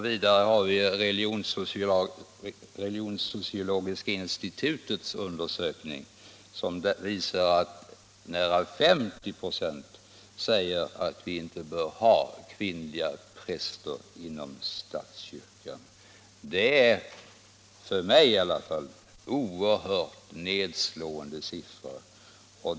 Vidare har vi religions-sociologiska institutets undersökningar, som visar att nära 50 96 säger att vi inte bör ha kvinnliga präster inom statskyrkan. Det är i varje fall för mig oerhört nedslående siffror.